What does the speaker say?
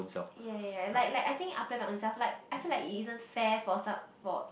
ya ya like like I think I'll plan my ownself like I feel like it isn't fair for some for it